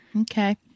Okay